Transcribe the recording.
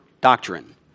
doctrine